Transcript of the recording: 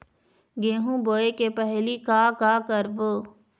गेहूं बोए के पहेली का का करबो?